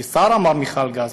כי שר אמר מכל גז,